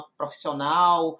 profissional